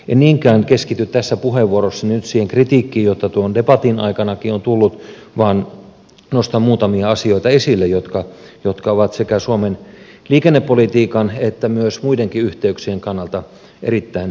en niinkään keskity nyt tässä puheenvuorossani siihen kritiikkiin jota tuon debatin aikanakin on tullut vaan nostan esille muutamia asioita jotka ovat sekä suomen liikennepolitiikan että myös muiden yhteyksien kannalta erittäin tärkeitä